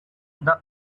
the